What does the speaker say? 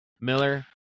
Miller